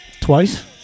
twice